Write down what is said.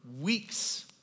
weeks